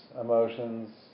emotions